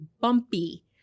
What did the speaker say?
bumpy